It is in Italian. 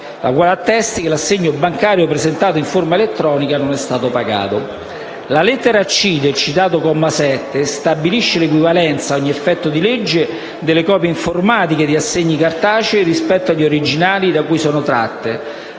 la quale attesti che l'assegno bancario presentato in forma elettronica non è stato pagato. La lettera *c)* del citato comma 7 stabilisce l'equivalenza, a ogni effetto di legge, delle copie informatiche degli assegni cartacei rispetto agli originali da cui sono tratte,